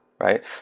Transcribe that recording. right